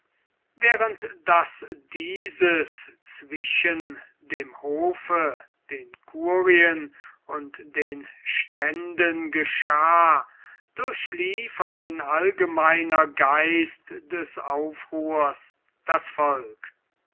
während daß dieses zwischen dem hofe den curien und den ständen geschah durchlief ein allgemeiner geist des aufruhrs das volk